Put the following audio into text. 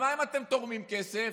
אז מה אם אתם תורמים כסף?